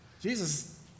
Jesus